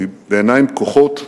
כי בעיניים פקוחות,